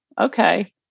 okay